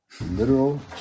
Literal